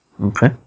Okay